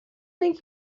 think